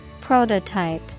Prototype